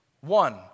One